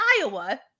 Iowa